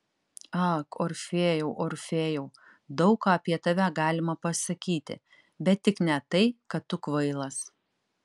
ak orfėjau orfėjau daug ką apie tave galima pasakyti bet tik ne tai kad tu kvailas